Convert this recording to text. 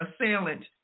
assailant